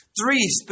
three